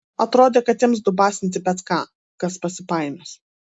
atrodė kad ims dubasinti bet ką kas pasipainios